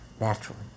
naturally